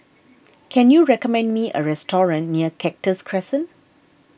can you recommend me a restaurant near Cactus Crescent